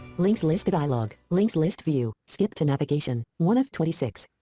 links list dialog, links list view, skip to navigation, one of twenty six.